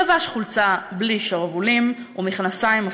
לבש חולצה בלי שרוולים ומכנסיים הפוכים.